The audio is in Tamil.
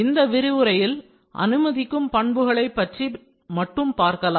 இந்த விரிவுரையில் அனுமதிக்கும் பண்புகளை பற்றி மட்டும் பார்க்கலாம்